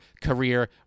career